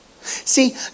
see